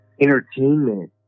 entertainment